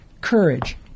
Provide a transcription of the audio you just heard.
courage